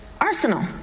arsenal